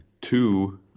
two